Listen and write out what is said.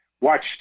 watch